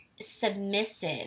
submissive